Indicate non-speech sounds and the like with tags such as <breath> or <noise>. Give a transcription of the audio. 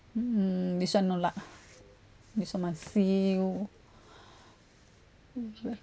mm this one no luck this one must feel <breath>